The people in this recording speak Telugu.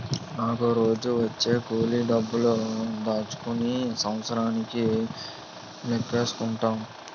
నాకు రోజూ వచ్చే కూలి డబ్బులు దాచుకుని సంవత్సరానికి లెక్కేసుకుంటాం